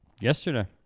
Yesterday